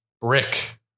Brick